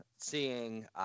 seeing